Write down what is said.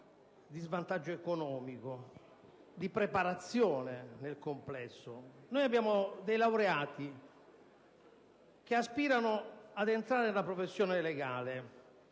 di svantaggio sociale e economico, di preparazione nel complesso. Abbiamo dei laureati che aspirano ad entrare nella professione legale.